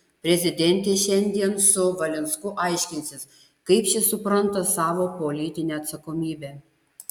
prezidentė šiandien su valinsku aiškinsis kaip šis supranta savo politinę atsakomybę